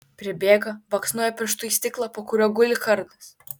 pribėga baksnoja pirštu į stiklą po kuriuo guli kardas